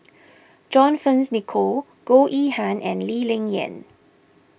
John Fearns Nicoll Goh Yihan and Lee Ling Yen